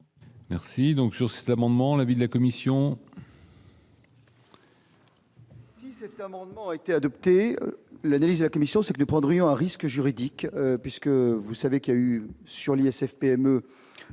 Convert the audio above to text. Merci donc sur cet amendement, l'avis de la commission.